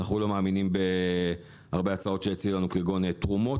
אנחנו לא מאמינים בהרבה הצעות שהציעו לנו כגון תרומות